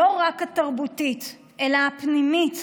לא רק התרבותית אלא הפנימית,